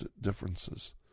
differences